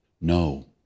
No